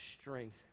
strength